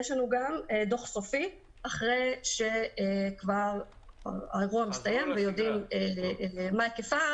יש לנו גם דוח סופי אחרי שהאירוע מסתיים ויודעים מה היקפו,